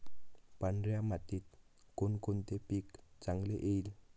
पांढऱ्या मातीत कोणकोणते पीक चांगले येईल?